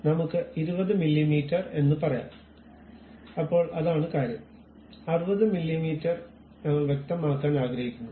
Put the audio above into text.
അതിനാൽ നമുക്ക് 20 മില്ലീമീറ്റർ എന്ന് പറയാം അപ്പോൾ അതാണ് കാര്യം 60 മില്ലീമീറ്റർ ഞങ്ങൾ വ്യക്തമാക്കാൻ ആഗ്രഹിക്കുന്നു